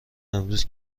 امروز